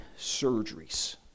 surgeries